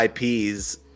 IPs